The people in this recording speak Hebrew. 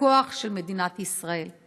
וכוח של מדינת ישראל.